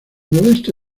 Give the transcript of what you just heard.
modesto